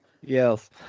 Yes